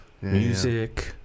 Music